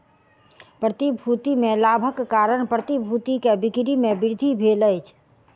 प्रतिभूति में लाभक कारण प्रतिभूति के बिक्री में वृद्धि भेल अछि